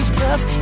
tough